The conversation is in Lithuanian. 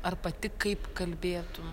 ar pati kaip kalbėtum